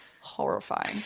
horrifying